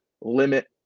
limit